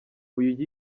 uyu